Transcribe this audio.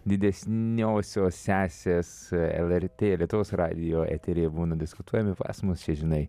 didesniosios sesės el er tė lietuvos radijo eteryje būna diskutuojami pas mus čia žinai